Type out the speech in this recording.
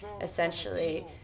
essentially